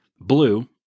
blue